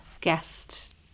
guest